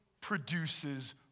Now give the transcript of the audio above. produces